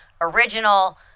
original